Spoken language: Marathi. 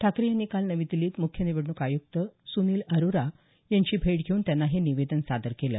ठाकरे यांनी काल नवी दिल्लीत मुख्य निवडणूक आयुक्त सुनील अरोरा यांची भेट घेऊन त्यांना हे निवेदन सादर केलं